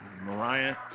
Mariah